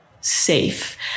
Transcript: safe